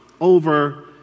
over